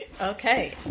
Okay